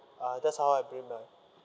ah that's how I